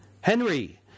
Henry